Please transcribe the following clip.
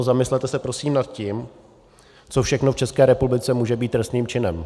Zamyslete se prosím nad tím, co všechno v České republice může být trestným činem.